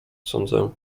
sądzę